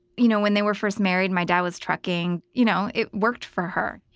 you know, when they were first married my dad was trucking you know it worked for her.